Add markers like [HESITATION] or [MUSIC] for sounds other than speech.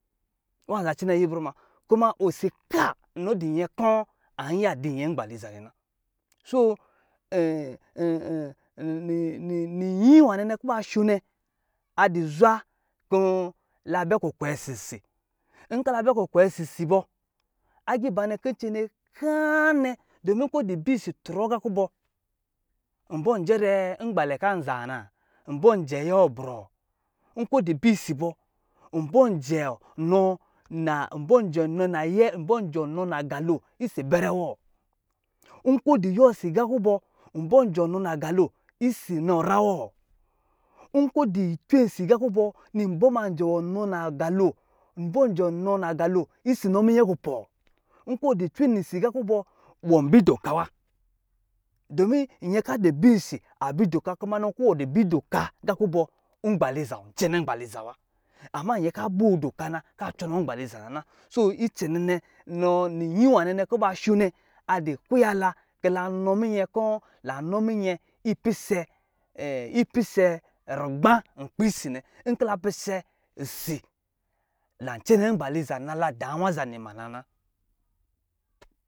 Wā za cɛnɛ ayibrɔ ma. Kuma, osi kaa inɔ di nyɛ kɔ̄ an iya di nyɛ ngbaliza nɛ na. Soo [HESITATION] ni ni ni nyi nwanɛ nɛ kɔ̄ ba sho nɛ, a di zwa kɔ̄ la bɛ kulkwe si si. Nkɔ̄ la bɛ kukwe si si bɔ, agiibanɛ kin tsene kaan nɛ, dɔmin kɔ̄ di bi si trɔɔ gakubɔ, nbɔ̄ jɛrɛɛ ngbalɛ kan zaa na. Nbɔ̄ jɛ ayɛ wɔ ka brɔɔ. Nkɔ̄ di bi si bɔ, nbɔ̄ jɛ ɔ nɔ na, nbɔ̄ jɛ nɔ nayɛ, nbɔ̄ jɔɔ nɔ nagalo isis bɛrɛ wɔ. Nkɔ̄ di yiwɔ si gakubɔ, nbɔ̄ jɔ nɔ nagalo isis nɔ ra wɔ. Nkɔ̄ di cwe si gakubɔ, nibɔ̄ ma jɛ wɔ nɔ nagalo, nbɔ̄ jɔ nɔ nagalo isis nɔ minyɛ kupɔ̄. Nkɔ̄ wɔ di cwe si gakubɔ, wɔ bi dɔkja wa. Dɔmin nyɛ a di bi si a bi dɔka, kuma nɔ nkɔ̄ wɔ di bi dɔka gakubɔ, ngbaliza, cɛnɛ ngbaliza wa. Amma nyɛ ka boo dɔka na, ka cɔ̄nɔɔ ngbaliza na na. Soo icɛnɛ nɛ, nɔ nyi nwanɛ nɛ kuba sho nɛ, a di kuya la ki la nɔ minyɛ kɔ̄, lan nɔ̄ minyɛ ipise [HESITATION] ipise rugbā nkpi si nɛ. Nkɔ̄ la pise, si, lan cɛnɛ ngbaliza nala dā wa zanima na na.